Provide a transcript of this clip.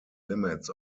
limits